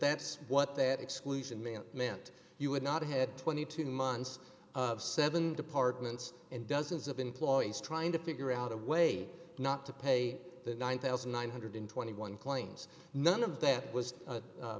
that's what that exclusion man meant you would not head twenty two months of seven departments and dozens of employees trying to figure out a way not to pay the one thousand nine hundred and twenty one claims none of that was